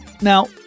Now